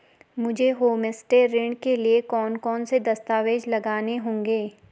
मुझे होमस्टे ऋण के लिए कौन कौनसे दस्तावेज़ लगाने होंगे?